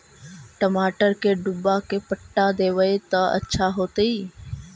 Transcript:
टमाटर के डुबा के पटा देबै त अच्छा होतई?